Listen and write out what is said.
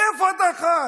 איפה אתה חי?